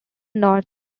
north